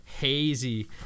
hazy